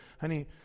Honey